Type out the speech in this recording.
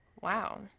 Wow